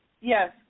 Yes